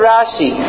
Rashi